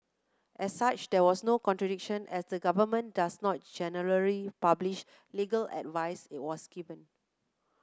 as such there was no contradiction as the government does not generally publish legal advice it was given